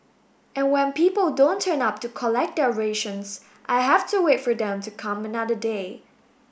and when people don't turn up to collect their rations I have to wait for them to come another day